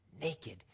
naked